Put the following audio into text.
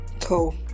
cool